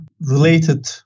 related